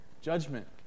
Judgment